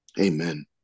Amen